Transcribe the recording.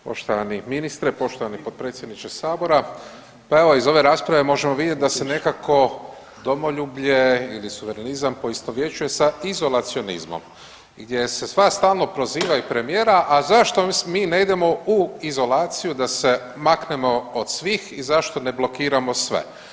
Poštovani ministre, poštovani potpredsjedniče Sabora pa evo iz ove rasprave možemo vidjeti da se nekako domoljublje ili suverenizam poistovjećuje sa izolacionalizmom gdje se proziva i premijera a zašto mi ne idemo u izolaciju, da se maknemo od svih i zašto ne blokiramo sve.